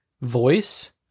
voice